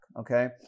okay